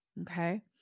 Okay